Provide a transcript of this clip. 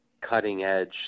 cutting-edge